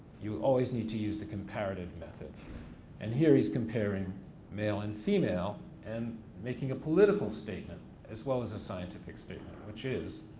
you always need to use the comparative method and here he's comparing male and female and making a political statement as well as a scientific statement, which is,